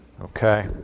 okay